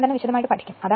എല്ലാം വിശദമായി പഠിക്കും